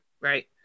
right